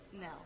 no